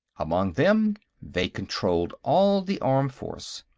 among them, they controlled all the armed force.